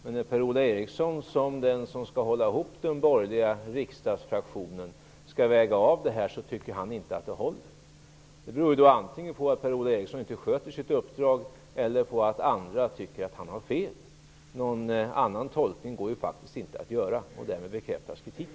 Sedan när Per-Ola Eriksson, som är den som skall hålla ihop den borgerliga riksdagsfraktionen, skall göra en sammanvägning, tycker han inte att det är hållbart. Antingen beror det på att Per-Ola Eriksson inte sköter sitt uppdrag eller på att andra tycker att han har fel. Någon annan tolkning går faktiskt inte att göra. Därmed bekräftas kritiken.